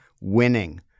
Winning